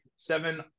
seven